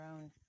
own